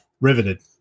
riveted